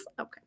Okay